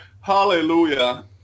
hallelujah